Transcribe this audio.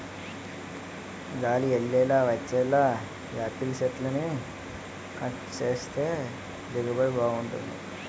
గాలి యెల్లేలా వచ్చేలా యాపిల్ సెట్లని కట్ సేత్తే దిగుబడి బాగుంటది